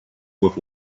with